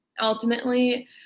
ultimately—